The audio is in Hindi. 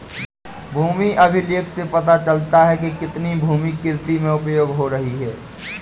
भूमि अभिलेख से पता चलता है कि कितनी भूमि कृषि में उपयोग हो रही है